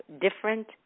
different